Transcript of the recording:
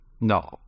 no